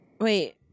Wait